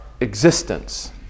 existence